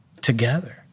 Together